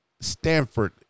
Stanford